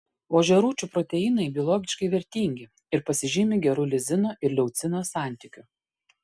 ožiarūčių proteinai biologiškai vertingi ir pasižymi geru lizino ir leucino santykiu